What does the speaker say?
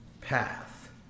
path